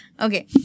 Okay